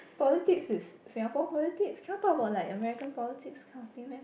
politic is Singapore politics cannot talk about like American politics this kind of thing meh